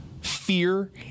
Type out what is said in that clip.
fear